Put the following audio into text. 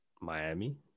Miami